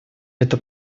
эта